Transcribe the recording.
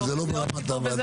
אבל זה לא ברמת הוועדה.